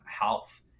health